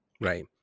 Right